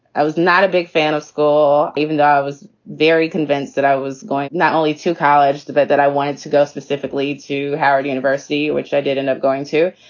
i was not a big fan of school, even though i was very convinced that i was going not only to college, but that i wanted to go specifically to howard university, which i did end up going to.